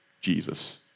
Jesus